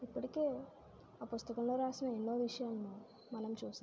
ఇప్పటికే ఆ పుస్తకంలో రాసిన ఎన్నో విషయాలను మనం చూసాం